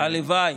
הלוואי.